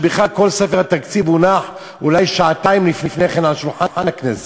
שבכלל כל ספר התקציב הונח אולי שעתיים לפני כן על שולחן הכנסת.